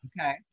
Okay